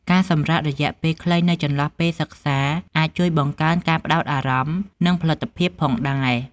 ការសម្រាករយៈពេលខ្លីនៅចន្លោះពេលសិក្សា អាចជួយបង្កើនការផ្តោតអារម្មណ៍ និងផលិតភាពផងដែរ។